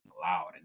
loud